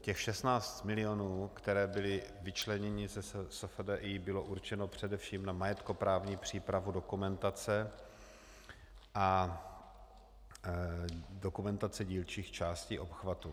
Těch 16 milionů, které byly vyčleněny ze SFDI, bylo určeno především na majetkoprávní přípravu dokumentace a dokumentace dílčích částí obchvatu.